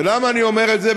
ולמה אני אומר את זה?